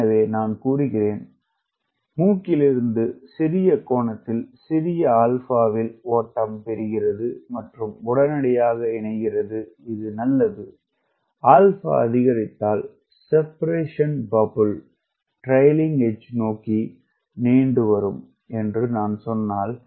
எனவே நான் கூறுகிறேன் மூக்கிலிருந்து சிறிய கோணத்தில் சிறிய ஆல்பாவில் ஓட்டம் பிரிக்கிறது மற்றும் உடனடியாக மீண்டும் இணைகிறது இது நல்லது ஆல்பா அதிகரித்ததால் செப்பரேஷன் பாப்ள் ட்ரைக்ளிங் எட்ஜ் நோக்கி நீண்டுள்ளது என்று நான் சொன்னால்